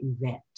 event